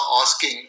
asking